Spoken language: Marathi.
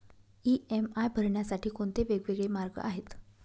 इ.एम.आय भरण्यासाठी कोणते वेगवेगळे मार्ग आहेत?